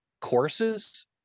courses